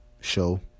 show